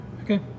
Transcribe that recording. Okay